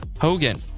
Hogan